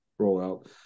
rollout